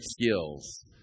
skills